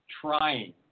trying